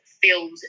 feels